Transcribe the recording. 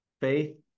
faith